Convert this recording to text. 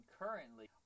currently